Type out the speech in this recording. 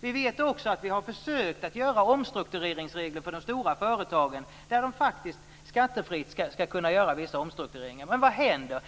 Vi vet också att vi har försökt att göra omstruktureringsregler för de stora företagen som innebär att de skattefritt skall kunna göra vissa omstruktureringar. Vad händer?